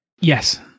Yes